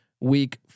week